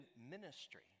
ministry